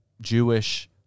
Jewish